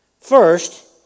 First